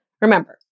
Remember